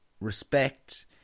respect